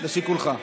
לשיקולך.